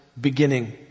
beginning